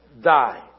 die